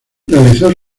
realizó